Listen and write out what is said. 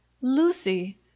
Lucy